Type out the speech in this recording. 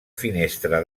finestra